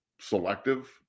selective